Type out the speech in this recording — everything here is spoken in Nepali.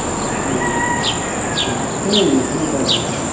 हेलो कहाँ हुनुहुन्छ हौ तपाईँ